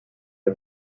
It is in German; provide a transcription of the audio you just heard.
der